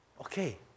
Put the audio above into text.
okay